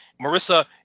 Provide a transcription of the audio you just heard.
Marissa